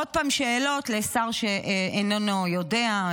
עוד פעם שאלות לשר שאיננו יודע,